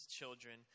children